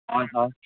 ᱦᱚᱭ ᱦᱚᱭ